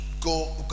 go